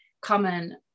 common